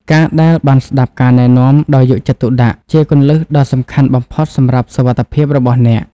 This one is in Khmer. ការដែលបានស្ដាប់ការណែនាំដោយយកចិត្តទុកដាក់ ជាគន្លឹះដ៏សំខាន់បំផុតសម្រាប់សុវត្ថិភាពរបស់អ្នក។